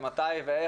מתי ואיך.